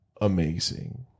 Amazing